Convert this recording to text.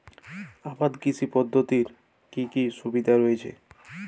আবাদ কৃষি পদ্ধতির কি কি সুবিধা রয়েছে?